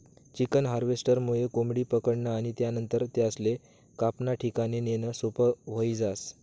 chicken हार्वेस्टरमुये कोंबडी पकडनं आणि त्यानंतर त्यासले कापाना ठिकाणे नेणं सोपं व्हयी जास